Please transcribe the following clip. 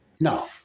No